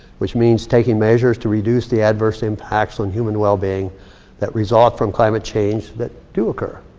which means taking measures to reduce the adverse impacts on human well-being that result from climate change that do occur.